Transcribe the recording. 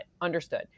understood